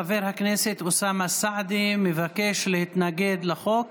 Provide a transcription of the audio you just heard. חבר הכנסת אוסאמה סעדי מבקש להתנגד לחוק.